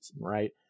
right